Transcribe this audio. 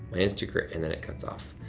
my instagram, and then it cuts off.